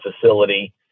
facility